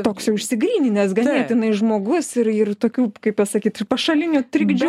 toks jau išsigryninęs ganėtinai žmogus ir ir tokių kaip pasakyt pašalinių trikdžių